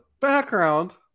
background